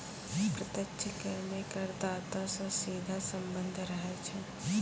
प्रत्यक्ष कर मे करदाता सं सीधा सम्बन्ध रहै छै